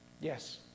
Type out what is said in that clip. Yes